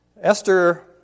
Esther